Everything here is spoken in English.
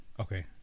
okay